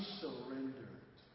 surrendered